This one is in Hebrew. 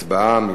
הצבעה.